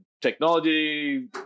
technology